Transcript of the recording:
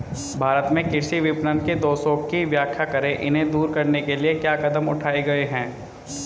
भारत में कृषि विपणन के दोषों की व्याख्या करें इन्हें दूर करने के लिए क्या कदम उठाए गए हैं?